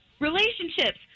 relationships